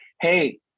hey